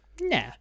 nah